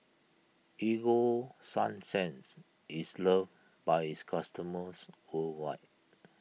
Ego Sunsense is loved by its customers worldwide